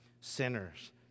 sinners